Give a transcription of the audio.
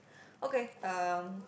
okay um